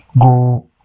go